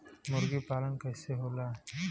मुर्गी पालन कैसे होला?